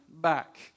back